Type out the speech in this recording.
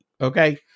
Okay